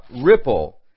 ripple